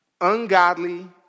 Ungodly